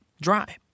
dry